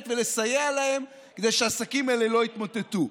ולסייע להם כדי שהעסקים האלה לא יתמוטטו.